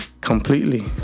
Completely